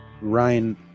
Ryan